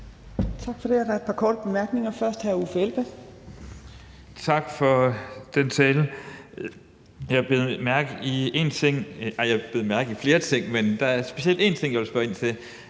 Tak for det. Der er et par korte bemærkninger, først fra hr. Uffe Elbæk. Kl. 17:40 Uffe Elbæk (UFG): Tak for den tale. Jeg bed mærke i én ting – nej, jeg bed mærke i flere ting, men der er specielt én ting, jeg vil spørge ind til,